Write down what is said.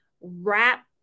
Wrap